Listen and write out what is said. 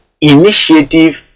initiative